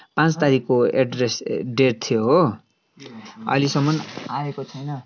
पाँच तारिकको address date थियो हो अहिलेसम्म आएको छैन